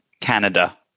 Canada